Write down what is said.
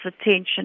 attention